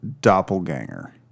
doppelganger